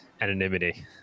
anonymity